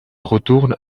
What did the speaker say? retourne